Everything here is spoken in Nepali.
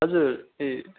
हजुर ए